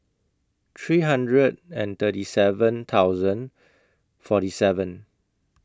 three hundred and thirty seven thousand forty seven